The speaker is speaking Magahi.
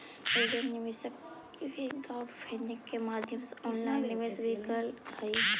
एंजेल निवेशक इक्विटी क्राउडफंडिंग के माध्यम से ऑनलाइन निवेश भी करऽ हइ